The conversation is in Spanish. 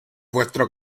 vuestro